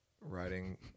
writing